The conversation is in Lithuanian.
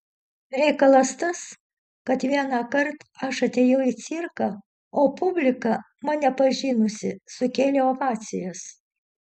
reikalas tas kad vienąkart aš atėjau į cirką o publika mane pažinusi sukėlė ovacijas